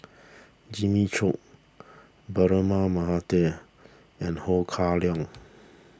Jimmy Chok Braema Mathi and Ho Kah Leong